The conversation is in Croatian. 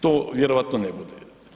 To vjerovatno ne bude.